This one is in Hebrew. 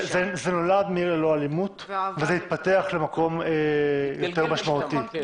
זה נולד מעיר ללא אלימות וזה התפתח למקום יותר משמעותי.